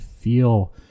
feel